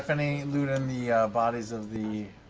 any loot in the bodies of the